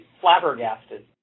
flabbergasted